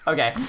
Okay